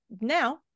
now